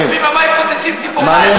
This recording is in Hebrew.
הצופים בבית כוססים ציפורניים,